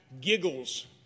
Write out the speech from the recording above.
giggles